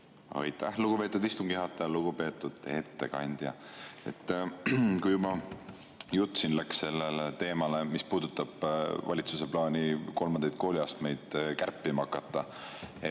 Aitäh, lugupeetud istungi juhataja! Lugupeetud ettekandja! Kui juba jutt läks sellele teemale, mis puudutab valitsuse plaani kolmandat kooliastet kärpima hakata,